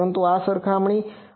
પરંતુ આ સરખામણી છે